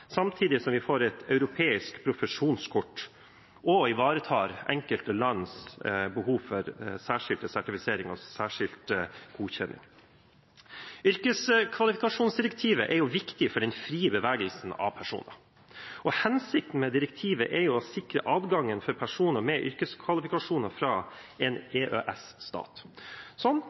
samtidig som vi får et europeisk profesjonskort og ivaretar enkelte lands behov for særskilte sertifiseringer og særskilt godkjenning. Yrkeskvalifikasjonsdirektivet er viktig for den frie bevegelsen av personer. Hensikten med direktivet er å sikre adgang for personer med yrkeskvalifikasjoner fra en